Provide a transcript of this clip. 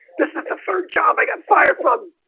this is the third job i got fire fun,